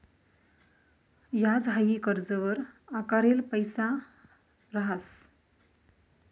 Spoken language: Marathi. याज हाई कर्जवर आकारेल पैसा रहास